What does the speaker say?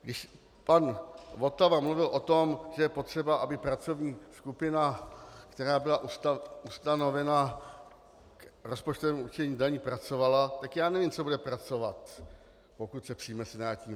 Když pan Votava mluvil o tom, že je potřeba, aby pracovní skupina, která byla ustanovena k rozpočtovému určení daní, pracovala, tak já nevím, co bude pracovat, pokud se přijme senátní verze.